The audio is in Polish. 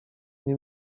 nie